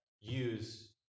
use